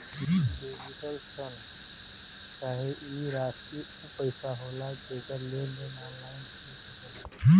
digital शन चाहे ई राशी ऊ पइसा होला जेकर लेन देन ऑनलाइन हो सकेला